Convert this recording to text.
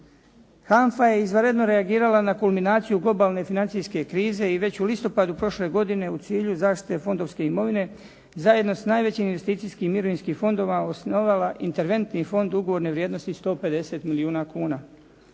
HANFA je izvanredno reagirala na kulminaciju globalne financijske krize i već u listopadu prošle godine u cilju zaštite fondovske imovine zajedno sa najvećim investicijskim i mirovinskim fondovima osnovala interventni fond ugovorne vrijednosti 150 milijuna kuna.